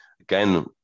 Again